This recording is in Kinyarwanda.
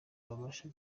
babasha